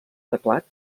teclat